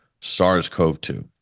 SARS-CoV-2